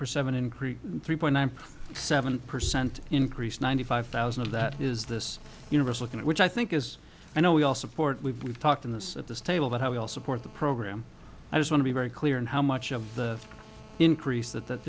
percent increase three point nine seven percent increase ninety five thousand of that is this universe looking at which i think is you know we all support we've talked in this at this table but how we all support the program i just want to be very clear in how much of the increase that